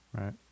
Right